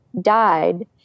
died